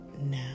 now